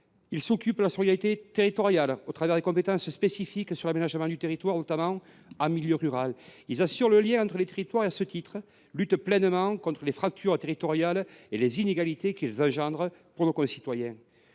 Ils s’occupent aussi de la solidarité territoriale au travers de compétences spécifiques sur l’aménagement du territoire, notamment en milieu rural. Ils assurent le lien entre les territoires, luttent pleinement contre les fractures territoriales et les inégalités que celles ci créent pour nos concitoyens,